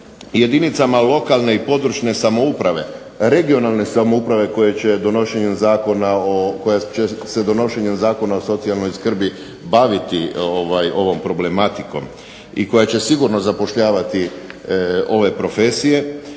jedinicama lokalne i područne samouprave, regionalne samouprave koja će se donošenjem Zakona o socijalnoj skrbi baviti ovom problematikom i koja će sigurno zapošljavati ove profesije.